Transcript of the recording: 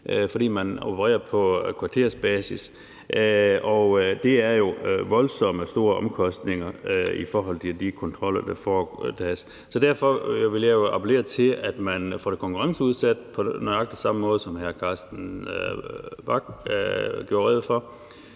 fordi man opererer på kvarterbasis, og det er voldsomt store omkostninger i forhold til de kontroller, der er. Så derfor vil jeg appellere til, at man får det konkurrenceudsat på nøjagtig samme måde, som hr. Carsten Bach gjorde rede for.